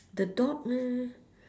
the dog leh